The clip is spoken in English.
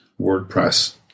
WordPress